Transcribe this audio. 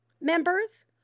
members